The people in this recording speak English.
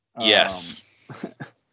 Yes